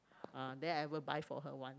ah then I will buy for her once